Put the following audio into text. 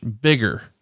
bigger